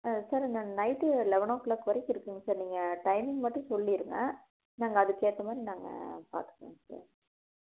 ம் சார் இந்த night eleven o clock வரைக்கும் இருக்குங்க சார் நீங்கள் டைமிங் மட்டும் சொல்லிருங்க நாங்கள் அதற்கு ஏற்ற மாதிரி நாங்கள் பார்த்துக்குறோம் சார்